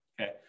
Okay